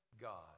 God